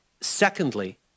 Secondly